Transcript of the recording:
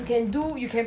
you can do you can pu~